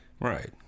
Right